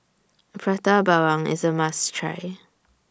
Prata Bawang IS A must Try